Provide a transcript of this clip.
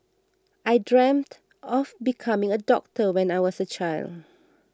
I dreamt of becoming a doctor when I was a child